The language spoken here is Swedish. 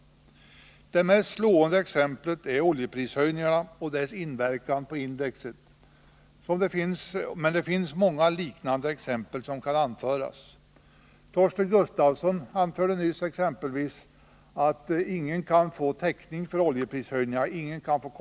Det 'mest slående exemplet är oljeprishöjningarna och deras inverkan på indexet, men många liknande exempel kan anföras. Torsten Gustafsson anförde nyss att ingen kan få kompensation för oljeprishöjningar.